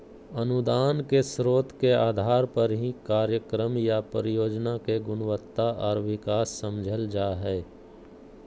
अनुदान के स्रोत के आधार पर ही कार्यक्रम या परियोजना के गुणवत्ता आर विकास समझल जा हय